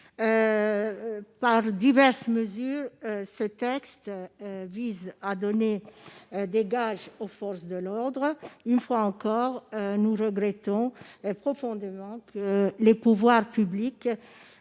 Par diverses mesures, ce texte vise à donner des gages aux forces de l'ordre. Une fois encore, nous regrettons profondément que les pouvoirs publics